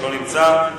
שלא נמצא,